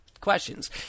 questions